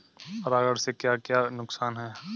परागण से क्या क्या नुकसान हैं?